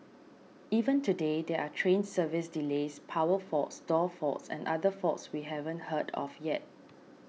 even today there are train service delays power faults door faults and other faults we haven't heard of yet